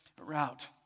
route